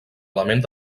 element